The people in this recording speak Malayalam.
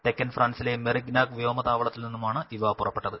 തെക്കൻ ഫ്രാൻസിലെ മെറിഗ്നാക് വ്യോമതാവളത്തിൽ നിന്നുമാണ് ഇവ പുറപ്പെട്ടത്